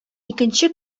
икенче